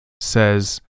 says